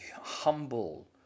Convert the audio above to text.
Humble